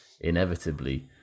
inevitably